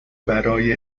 برای